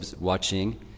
watching